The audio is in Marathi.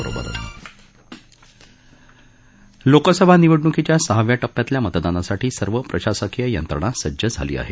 बरोबर लोकसभा निवडणुकीच्या सहाव्या टप्प्यातल्या मतदानासाठी सर्व प्रशासकीय यंत्रणा सज्ज झाली आहे